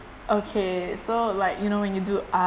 okay so like you know when you do art